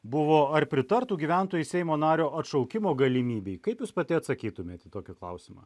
buvo ar pritartų gyventojai seimo nario atšaukimo galimybei kaip jūs pati atsakytumėt į tokį klausimą